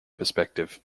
perspective